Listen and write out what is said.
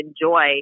enjoy